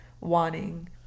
wanting